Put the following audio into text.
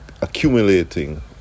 accumulating